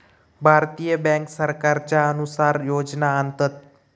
भारतीय बॅन्क सरकारच्या अनुसार योजना आणतत